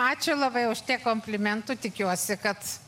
ačiū labai už tiek komplimentų tikiuosi kad